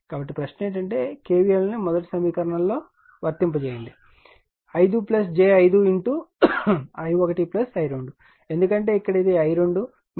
కాబట్టి ప్రశ్న ఏమిటంటే KVL ను మొదటి సమీకరణంలో ఉంచండి 5 j 5 i1 i2 ఎందుకంటే ఇక్కడ ఇది i2 మరియు ఇది i1